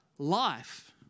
life